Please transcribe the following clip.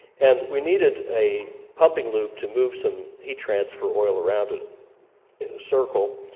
and we needed a pumping loop to move some heat transfer oil around it in a circle,